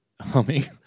humming